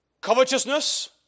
covetousness